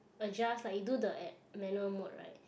adjust like you do the eh manual mode right